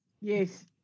Yes